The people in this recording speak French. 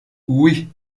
oui